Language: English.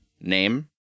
name